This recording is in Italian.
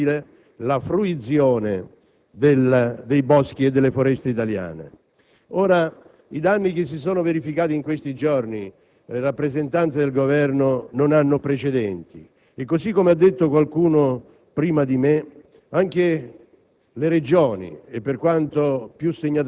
l'attività necessaria per consentire, per quanto possibile, la fruizione dei boschi e delle foreste italiane. I danni che si sono verificati in questi giorni, rappresentante del Governo, non hanno precedenti e, così come ha detto qualcuno prima di me,